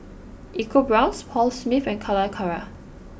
EcoBrown's Paul Smith and Calacara